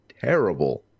terrible